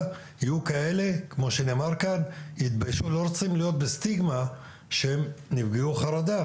יהיו כאלה שמתביישים ולא רוצים סטיגמה כנפגעי חרדה.